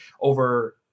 over